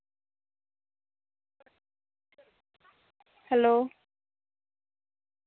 hello